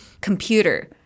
computer